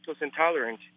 intolerant